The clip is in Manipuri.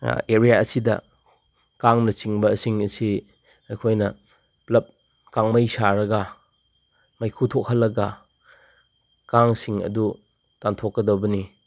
ꯑꯦꯔꯤꯌꯥ ꯑꯁꯤꯗ ꯀꯥꯡꯅꯆꯤꯡꯕꯁꯤꯡ ꯑꯁꯤ ꯑꯩꯈꯣꯏꯅ ꯄꯨꯂꯞ ꯀꯥꯃꯩ ꯁꯥꯔꯒ ꯃꯩꯈꯨ ꯊꯣꯛꯍꯜꯂꯒ ꯀꯥꯡꯁꯤꯡ ꯑꯗꯨ ꯇꯥꯟꯊꯣꯛꯀꯗꯕꯅꯤ